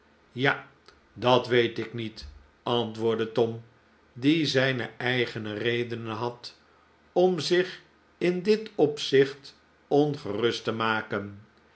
ja dat weet ik niet antwoordde tom die zijne eigene redenen had om zich in dit opzicht ongerust te maken